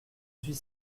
suis